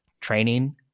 training